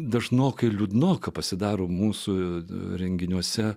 dažnokai liūdnoka pasidaro mūsų renginiuose